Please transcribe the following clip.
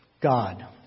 God